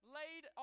laid